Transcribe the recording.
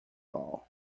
all